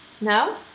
No